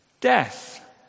Death